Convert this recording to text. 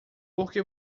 porque